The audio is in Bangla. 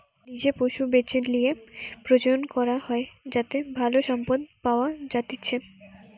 লিজে পশু বেছে লিয়ে প্রজনন করা হয় যাতে ভালো সম্পদ পাওয়া যাতিচ্চে